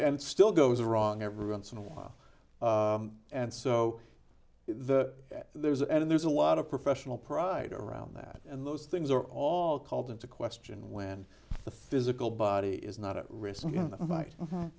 it still goes wrong every once in awhile and so the there's and there's a lot of professional pride around that and those things are all called into question when the physical body is not at risk